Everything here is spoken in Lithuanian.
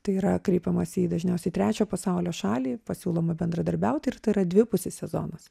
tai yra kreipiamasi į dažniausiai trečio pasaulio šalį pasiūloma bendradarbiaut ir tai yra dvipusis sezonas